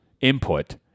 input